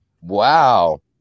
Wow